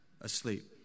asleep